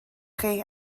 chi